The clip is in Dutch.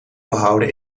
behouden